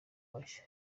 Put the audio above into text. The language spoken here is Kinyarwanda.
bashya